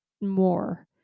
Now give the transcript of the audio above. more